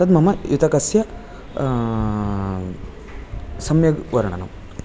तद् मम युतकस्य सम्यग्वर्णनम्